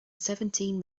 seventeen